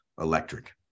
electric